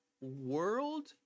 world